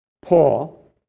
Paul